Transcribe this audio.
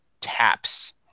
TAPS